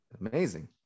Amazing